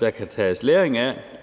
der kan tages læring af,